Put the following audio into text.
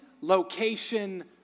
location